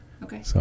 Okay